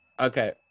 Okay